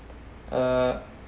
uh